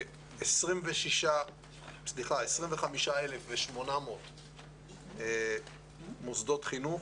יש לנו 25,800 מוסדות חינוך,